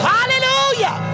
Hallelujah